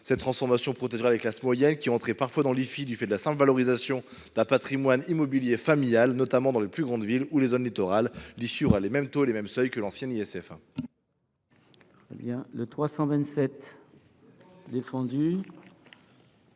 Cette transformation protégera les classes moyennes qui entraient parfois dans l’IFI du simple fait de la valorisation d’un patrimoine immobilier familial, notamment dans les plus grandes villes ou les zones littorales. Cet impôt sera soumis aux mêmes taux et seuils que l’ancien ISF.